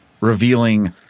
revealing